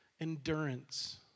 endurance